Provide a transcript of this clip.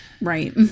right